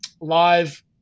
live